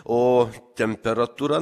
o temperatūra